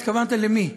התכוונת למי?